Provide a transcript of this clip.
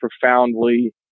profoundly